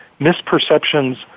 misperceptions